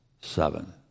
seven